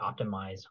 optimize